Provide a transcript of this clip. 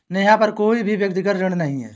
नेहा पर कोई भी व्यक्तिक ऋण नहीं है